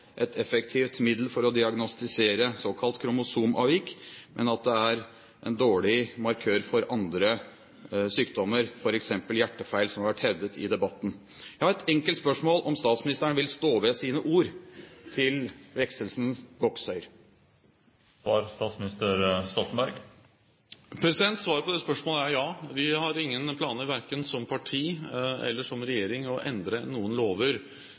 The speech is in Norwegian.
et effektivt middel for å diagnostisere såkalt kromosomavvik, men at det er en dårlig markør for andre sykdommer, f.eks. hjertefeil, som det har vært hevdet i debatten. Jeg har et enkelt spørsmål: Vil statsministeren stå ved sine ord til Wexelsen Goksøyr? Svaret på det spørsmålet er ja. Vi har ingen planer, verken som parti eller som regjering, om å endre noen lover